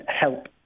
help